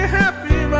happy